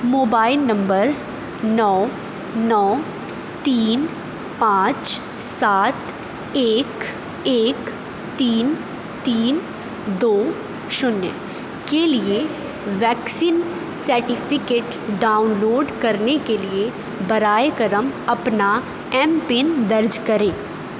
mobile number نو نو تین پانچ سات ایک ایک تین تین دو شنیہ کے لیے ویکسین سرٹیفکیٹ ڈاؤن لوڈ کرنے کے لیے برائے کرم اپنا ایم پن درج کریں